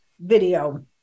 video